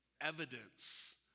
evidence